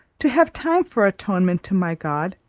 to have time for atonement to my god,